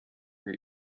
your